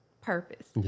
Purpose